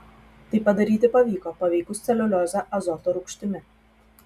tai padaryti pavyko paveikus celiuliozę azoto rūgštimi